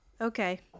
Okay